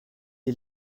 est